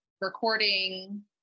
recording